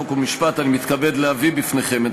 חוק ומשפט אני מתכבד להביא בפניכם את